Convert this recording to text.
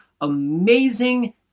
amazing